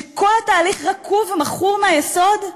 שכל התהליך רקוב ומכור מהיסוד?